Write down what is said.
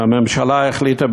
והממשלה החליטה,